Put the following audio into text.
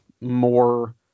more